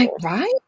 right